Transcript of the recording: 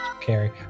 carry